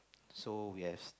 so we has